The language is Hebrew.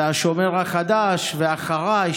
השומר החדש ואחריי,